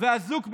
ואזוק בידיו.